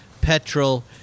Petrol